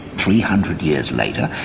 three hundred years later,